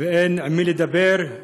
ואין עם מי לדבר,